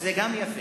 זה גם יפה.